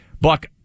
Buck